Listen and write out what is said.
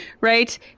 Right